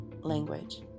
language